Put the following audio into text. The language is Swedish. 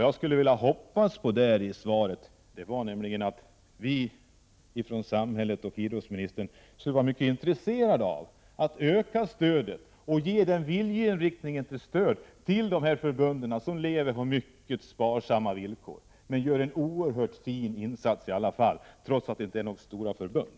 Jag hade hoppats att det skulle framgå av svaret att man från samhällets och idrottsministerns sida är intresserad av att öka stödet till de här förbunden, som lever på mycket sparsamma villkor men gör en oerhört fin insats i alla fall — trots att de inte är några stora förbund.